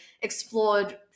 explored